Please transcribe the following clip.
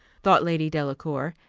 thought lady delacour,